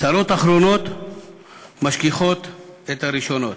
צרות אחרונות משכיחות את הראשונות.